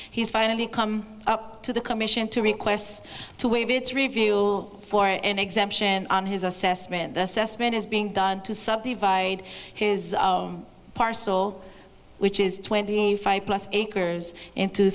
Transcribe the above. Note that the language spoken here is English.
has finally come up to the commission to request to waive its review for an exemption on his assessment assessment is being done to subdivide his parcel which is twenty five plus acres